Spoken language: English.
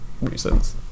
reasons